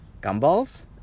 Gumballs